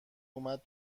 اومد